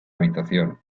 habitación